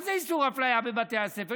מה זה איסור אפליה בבתי הספר?